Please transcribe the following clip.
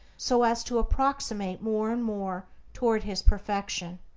so as to approximate more and more toward his perfection.